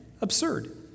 absurd